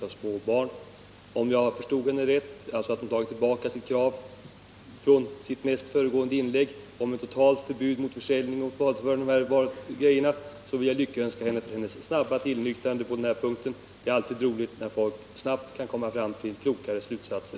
Om min tolkning är riktig, att fru Lantz har tagit tillbaka sitt krav i det tidigare inlägget om totalt förbud mot försäljning av de här grejorna, vill jag lyckönska henne till hennes snabba tillnyktrande på denna punkt. Det är alltid roligt när folk snabbt kan komma fram till klokare slutsatser.